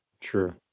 true